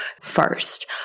first